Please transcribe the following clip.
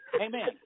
Amen